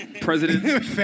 President